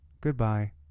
Goodbye